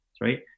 right